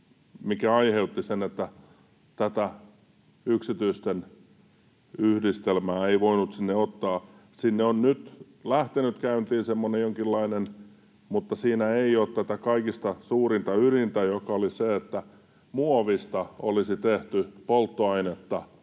mikä aiheutti sen, että tätä yksityisten yhdistelmää ei voinut sinne ottaa. Siellä on nyt lähtenyt käyntiin semmoinen jonkinlainen, mutta siinä ei ole tätä kaikista suurinta ydintä, joka oli se, että muovista olisi tehty polttoainetta,